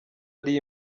ari